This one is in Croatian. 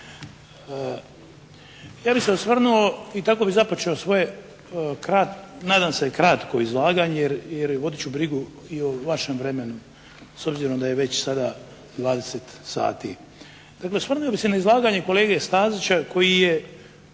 Ja bih se osvrnuo i tako bih započeo svoje, nadam se kratko izlaganje jer vodit ću brigu i o vašem vremenu s obzirom da je već sada 20,00 sati. Dakle, osvrnuo bih se na izlaganje kolege Stazića koji je